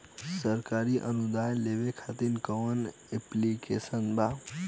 सरकारी अनुदान लेबे खातिर कवन ऐप्लिकेशन बा?